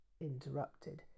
interrupted